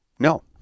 No